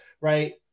right